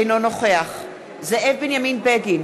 אינו נוכח זאב בנימין בגין,